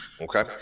Okay